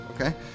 Okay